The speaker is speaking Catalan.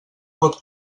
pot